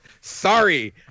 Sorry